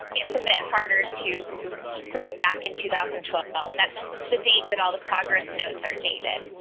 it's a bit harder to protect in two thousand and twelve. that's the date that all the progress notes are dated.